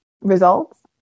results